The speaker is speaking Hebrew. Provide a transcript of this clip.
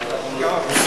ליצמן, בבקשה.